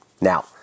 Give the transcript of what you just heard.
Now